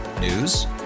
News